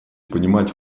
понимать